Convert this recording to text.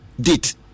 date